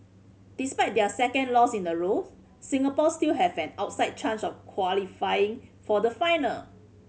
despite their second loss in a row Singapore still have an outside chance of qualifying for the final